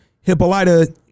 hippolyta